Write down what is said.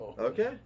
Okay